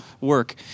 work